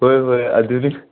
ꯍꯣꯏ ꯍꯣꯏ ꯑꯗꯨꯅꯤ